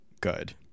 good